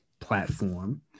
platform